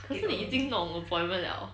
可是你弄 appointment liao